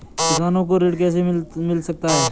किसानों को ऋण कैसे मिल सकता है?